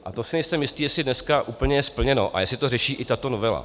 A to si nejsem jist, jestli dneska úplně je splněno a jestli to řeší i tato novela.